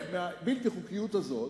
חלק מהאי-חוקיות הזאת,